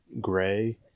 gray